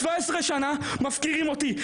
אם 17 שנה מפקירים אותי,